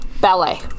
ballet